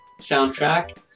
soundtrack